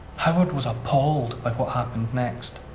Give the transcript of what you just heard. howard was appalled by what happened next.